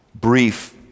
brief